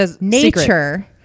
nature